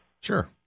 Sure